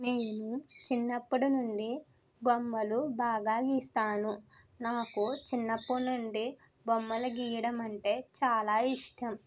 నేను చిన్నప్పటినుండి బొమ్మలు బాగా గీస్తాను నాకు చిన్నప్పుడు నుండి బొమ్మలు గీయడం అంటే చాలా ఇష్టం